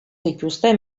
dituzte